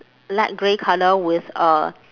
light grey colour with uh